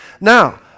Now